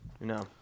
No